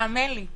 האמן לי.